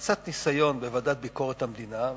קצת ניסיון בוועדה לביקורת המדינה,